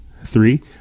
Three